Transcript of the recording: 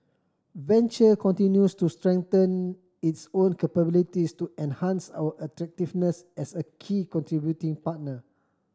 venture continues to strengthen its own capabilities to enhance our attractiveness as a key contributing partner